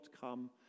come